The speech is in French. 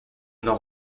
nord